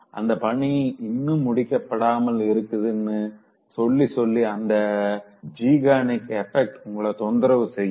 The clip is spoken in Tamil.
அந்தப் பணி இன்னும் முடிக்கப்படாமல் இருக்குனு சொல்லி சொல்லிஅந்த ஸெய்ஹ்னரிக் எபெக்ட் உங்கள தொந்தரவு செய்யும்